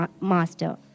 master